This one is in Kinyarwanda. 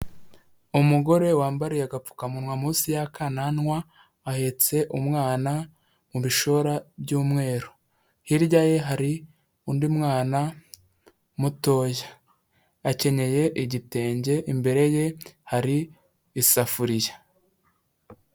Umugore wambariye agapfukamunwa munsi y'akananwa, ahetse umwana mu bishora by'umweru. Hirya ye hari undi mwana mutoya, akenyeye igitenge, imbere ye hari isafuriya.